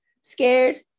scared